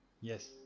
Yes